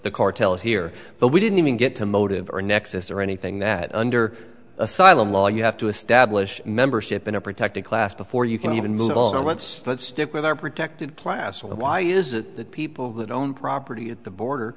the cartels here but we didn't even get to motive or nexus or anything that under asylum law you have to establish membership in a protected class before you can even look at all the let's stick with our protected class why is it that people that own property at the border